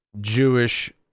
Jewish